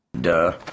Duh